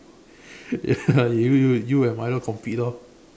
ya you you you and Milo compete orh